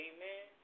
Amen